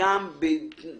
כשהיו